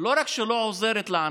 לא רק שלא עוזרת לענף,